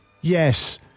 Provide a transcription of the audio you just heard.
yes